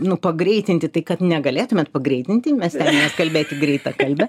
nu pagreitinti tai kad negalėtumėt pagreitinti mes stenfėmės kalbėti greitakalbe